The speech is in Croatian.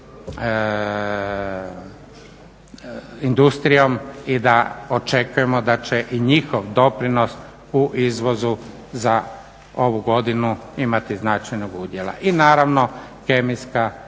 industrijom i da očekujemo da će i njihov doprinos u izvozu za ovu godinu imati značajnog udjela. I naravno kemijska